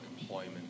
employment